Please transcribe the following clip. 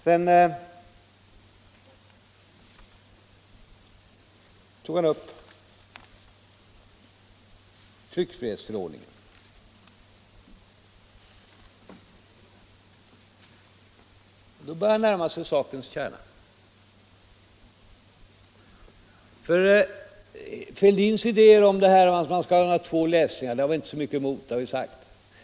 Sedan tog herr Ahlmark upp tryckfrihetsförordningen, och då började han närma sig sakens kärna. Herr Fälldins idéer att man skall ha två läsningar har vi inte så mycket emot. Det har vi sagt.